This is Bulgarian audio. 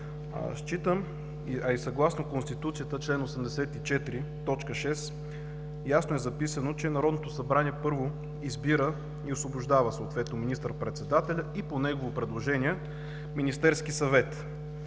Считам, а и съгласно Конституцията – чл. 84, т. 6, ясно е записано, че Народното събрание, първо избира и освобождава съответно министър-председателя, и по негово предложение – Министерския съвет.